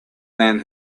than